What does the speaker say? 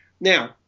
now